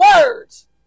words